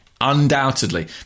Undoubtedly